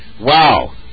Wow